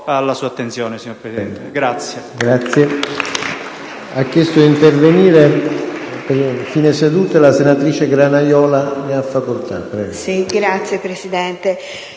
alla sua attenzione, signor Presidente.